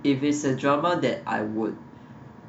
if it's a drama that I would